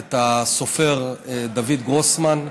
את הסופר דויד גרוסמן,